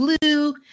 blue